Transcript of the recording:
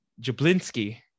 Jablinski